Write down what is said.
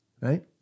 right